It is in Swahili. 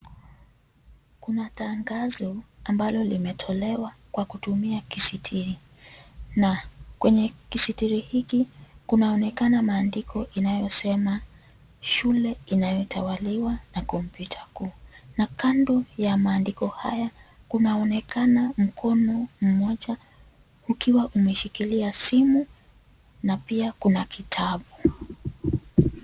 Kuna tangazo ambalo limetolewa kwa kutumia kisitiri, na kwenye kisitiri hiki, kunaonekana maandiko inayosema shule inayotawaliwa na kompyuta kuu, na kando ya maandiko haya kunaonekana mkono mmoja ukiwa umeshikilia simu na pia kuna kitabu.